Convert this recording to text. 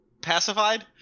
pacified